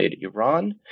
Iran